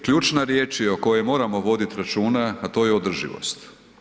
Ključna riječ je o kojoj moramo vodit računa, a to je održivost.